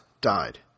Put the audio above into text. died